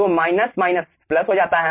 तो minus minus plus हो जाता है